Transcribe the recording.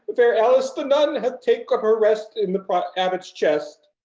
fair alice the nun hath took up her rest in the abbot's chest.